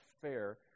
fair